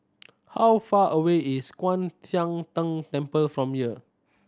how far away is Kwan Siang Tng Temple from here